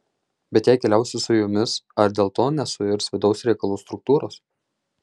bet jei keliausiu su jumis ar dėl to nesuirs vidaus reikalų struktūros